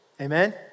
Amen